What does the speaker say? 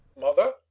Mother